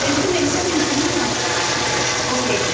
pencil எந்த pencil ma'am Natraj okay